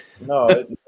No